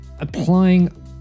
applying